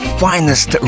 finest